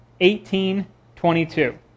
18.22